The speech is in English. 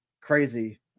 crazy